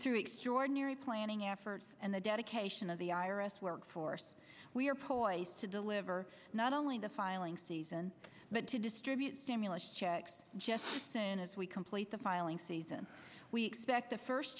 through extraordinary planning effort and the dedication of the iris workforce we are poised to deliver not only the filing season but to distribute stimulus checks just as we complete the filing season we expect the first